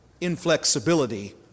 inflexibility